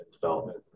development